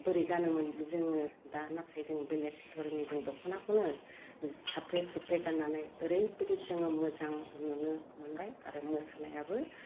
बोरै गानोमोन जोङो दा नाथाय जों बेलेग धर'ननि जों दख'नाखौनो साफ्रे सुफ्रे गान्नानै ओरैबायदि जोङो मोजां मोनो मोनबाय आरो मोसानायाबो